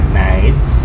nights